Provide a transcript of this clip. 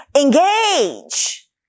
Engage